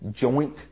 joint